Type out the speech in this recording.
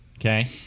okay